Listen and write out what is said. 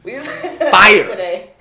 Fire